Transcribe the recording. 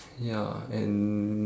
ya and